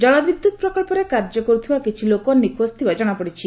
ଜଳବିଦ୍ୟୁତ୍ ପ୍ରକଳ୍ପରେ କାର୍ଯ୍ୟ କରୁଥିବା କିଛି ଲୋକ ନିଖୋଜ ଥିବା ଜଣାପଡ଼ିଛି